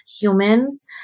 humans